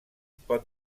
pot